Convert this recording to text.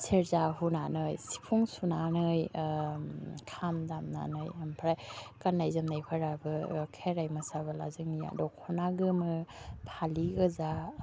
सेरजा हुनानै सिफुं सुनानै खाम दामनानै ओमफ्राय गान्नाय जोमनायफोराबो खेराइ मोसाबोला जोंनिया दख'ना गोमो फालि गोजा